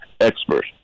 expert